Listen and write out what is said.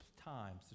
times